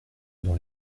dans